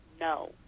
no